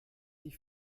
dich